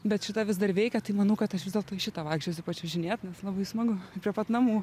bet šita vis dar veikia tai manau kad aš vis dėlto į šitą vaikščiosiu pačiuožinėt nes labai smagu prie pat namų